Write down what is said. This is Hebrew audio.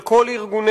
על כל ארגוניה,